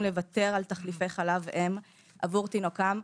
לוותר על תחליפי חלב אם עבור תינוקם,